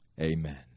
Amen